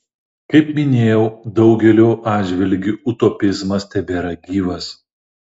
kaip minėjau daugeliu atžvilgių utopizmas tebėra gyvas